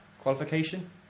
qualification